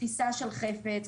תפיסה של חפץ,